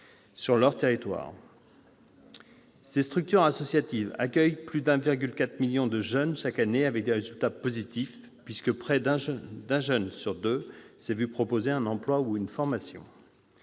sur leur territoire. Ces structures associatives accueillent plus de 1,4 million de jeunes chaque année, avec des résultats positifs, puisque près d'un jeune sur deux s'est vu proposer un emploi ou une formation.